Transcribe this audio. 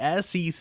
SEC